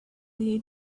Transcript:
you